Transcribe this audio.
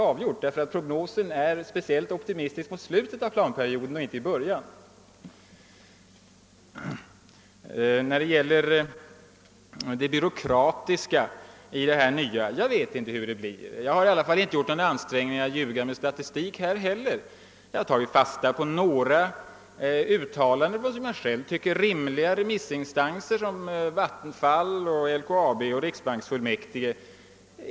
Prognosen är nämligen speciellt optimistisk mot slutet av planperioden men inte i början av densamma. Jag vet inte hur byråkratin inom deb nya systemet kommer att utveckla sig. Inte heller här har jag gjort någon ansträngning att ljuga med statistik. Jag har tagit fasta på några som jag själv tycker rimliga uttalanden av remissinstanser sådana som Vattenfall, LKAB och riksbanksfullmäktige.